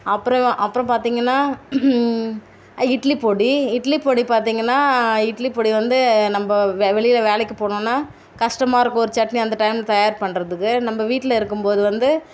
அப்புறம் அப்புறம் பார்த்தீங்கன்னா இட்லி பொடி இட்லி பொடி பார்த்தீங்கன்னா இட்லி பொடி வந்து நம்ம வெ வெளியில் வேலைக்கு போனோன்னா கஷ்டமாக இருக்கும் ஒரு சட்னி அந்த டைம் தயார் பண்ணுறதுக்கு நம்ம வீட்டில் இருக்கும் போது வந்து